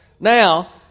Now